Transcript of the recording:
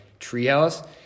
treehouse